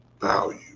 value